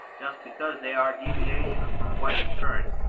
just because they are deviations from what is current.